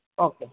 okay